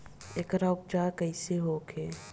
एकर उपचार कईसे होखे?